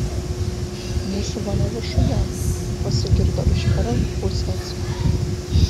mūsų vonia viršuje pasigirdo iš perl pusės